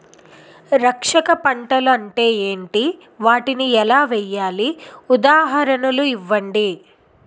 రక్షక పంటలు అంటే ఏంటి? వాటిని ఎలా వేయాలి? ఉదాహరణలు ఇవ్వండి?